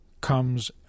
comes